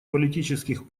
политических